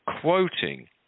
quoting